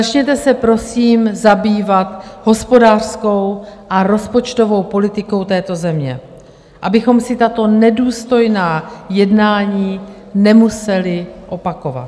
Začněte se prosím zabývat hospodářskou a rozpočtovou politikou této země, abychom tato nedůstojná jednání nemuseli opakovat.